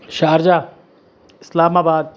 Sharjah Islamabad